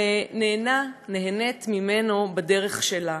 ונהנה ונהנית ממנו בדרך שלה.